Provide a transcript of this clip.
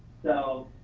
so,